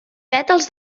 pètals